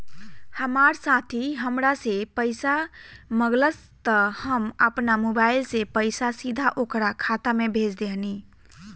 हमार साथी हामरा से पइसा मगलस त हम आपना मोबाइल से पइसा सीधा ओकरा खाता में भेज देहनी